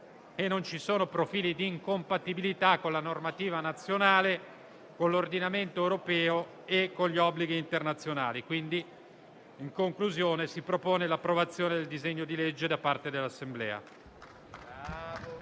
non ci sono profili di incompatibilità con la normativa nazionale, con l'ordinamento europeo e con gli obblighi internazionali. In conclusione, si propone l'approvazione del disegno di legge da parte dell'Assemblea